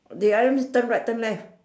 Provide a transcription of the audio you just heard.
they ask me turn right turn left